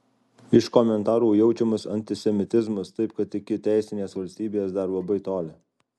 iš komentarų jaučiamas antisemitizmas taip kad iki teisinės valstybės dar labai toli